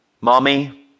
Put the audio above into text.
Mommy